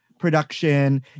production